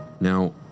Now